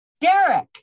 Derek